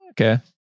okay